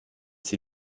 sie